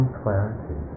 clarity